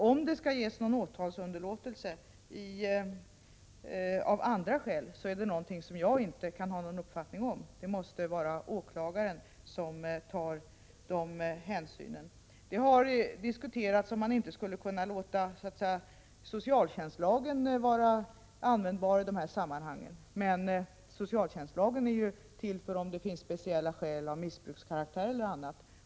Om det skall ges någon åtalsunderlåtelse av andra skäl är en fråga som jag inte kan ha någon uppfattning om. Det måste vara åklagaren som tar sådana hänsyn. Det har diskuterats om man inte skulle kunna låta socialtjänstlagen vara användbar i de här sammanhangen. Men den lagen är till för om det finns speciella skäl av missbrukskaraktär e.d.